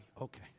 Okay